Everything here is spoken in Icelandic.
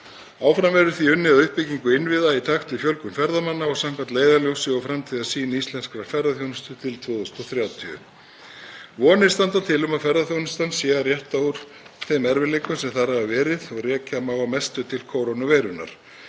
Áfram verður því unnið að uppbyggingu innviða í takt við fjölgun ferðamanna og samkvæmt leiðarljósi og framtíðarsýn íslenskrar ferðaþjónustu til 2030. Vonir standa til að ferðaþjónustan sé að rétta úr kútnum eftir þá erfiðleika sem þar hafa verið og rekja má að mestu til kórónuveirunnar.